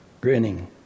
grinning